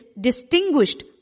distinguished